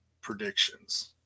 predictions